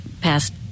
past